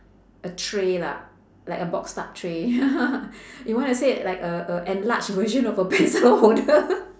a tray lah like a boxed up tray you want to say like a a enlarged version of a pencil holder